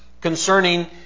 concerning